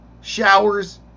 showers